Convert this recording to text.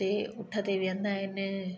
उते ऊठ ते विहंदा आहिनि